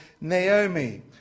Naomi